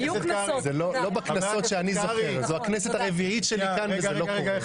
זו הכנסת הרביעית שלי וזה לא קורה.